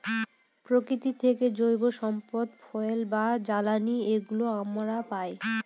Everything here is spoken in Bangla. প্রকৃতি থেকে জৈব সম্পদ ফুয়েল বা জ্বালানি এগুলো আমরা পায়